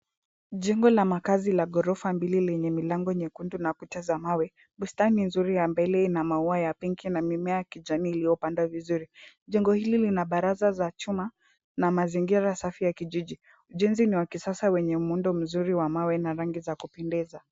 Jengo la makaazi la ghorofa mbili lenye milango nyekundu na kuta za mawe. Bustani nzuri ya mbele ina maua ya pinki na mimea ya kijani iliyopandwa vizuri. Jengo hili lina baraza za chuma na mazingira safi ya kijiji. Ujenzi ni wa kisasa wenye muundo mzuri wa mawe na rangi za kupendeza.